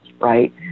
right